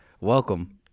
Welcome